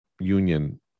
union